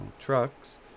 trucks